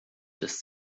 this